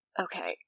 Okay